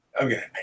Okay